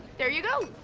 there you go.